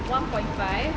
one point five